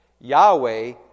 Yahweh